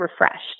refreshed